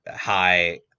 high